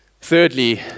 Thirdly